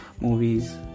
Movies